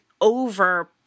over